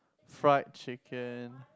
fried chicken